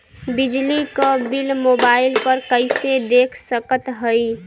बिजली क bill mobile पर कईसे देख सकत हई?